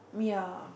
ya